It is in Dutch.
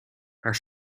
haar